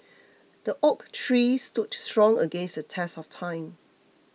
the oak tree stood strong against the test of time